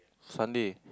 Sunday